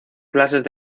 clases